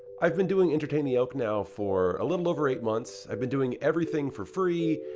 i've been doing entertain the elk now for a little over eight months, i've been doing everything for free,